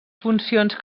funcions